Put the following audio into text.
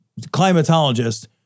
climatologist